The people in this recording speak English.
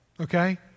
okay